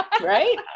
right